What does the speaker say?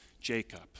Jacob